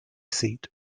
seat